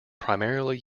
primarily